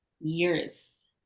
years